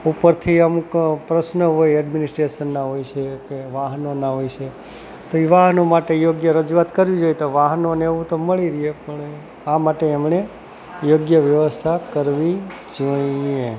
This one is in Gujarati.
ઉપરથી અમુક પ્રશ્ન હોય એડમિનીસ્ટ્રેશનના હોય છે કે વાહનોના હોય છે તો એ વાહનો માટે યોગ્ય રજૂઆત કરવી જોઈએ તો વાહનોને એવું તો મળી રહે પણ આ માટે એમણે યોગ્ય વ્યવસ્થા કરવી જોઈએ